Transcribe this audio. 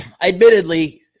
Admittedly